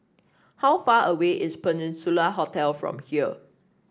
how far away is Peninsula Hotel from here